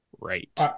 Right